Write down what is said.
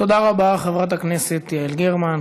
תודה רבה לחברת הכנסת יעל גרמן.